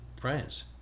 France